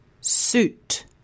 suit